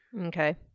Okay